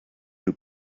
who